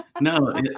No